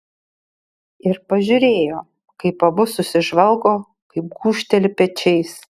ir pažiūrėjo kaip abu susižvalgo kaip gūžteli pečiais